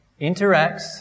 interacts